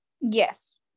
yes